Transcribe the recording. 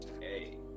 hey